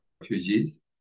refugees